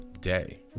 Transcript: day